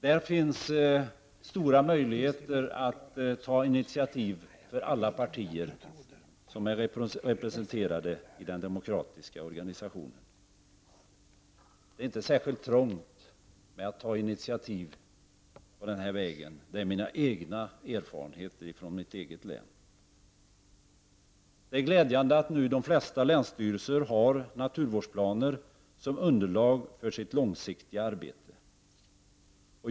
Där finns stora möjligheter att ta intiativ för alla partier som är representerade i den demokratiska organisationen. Det är inte särskilt trångt bland de initiativ som kommer den här vägen, det är mina egna erfarenheter från mitt eget län. Det är glädjande att de flesta länsstyrelser nu har naturvårdplaner som underlag för sitt långsiktiga arbete.